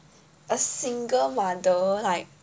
a single mother like